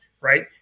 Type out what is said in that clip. Right